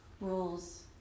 Rules